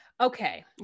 Okay